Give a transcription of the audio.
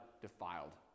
defiled